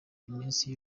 iminsi